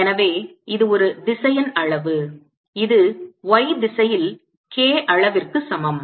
எனவே இது ஒரு திசையன் அளவு இது y திசையில் K அளவிற்கு சமம்